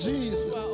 Jesus